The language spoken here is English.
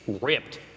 ripped